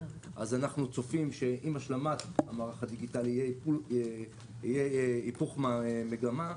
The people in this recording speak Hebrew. אנחנו צופים שעם השלמת המערך הדיגיטלי יהיה היפוך מגמה,